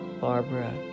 Barbara